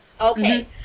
okay